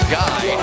guy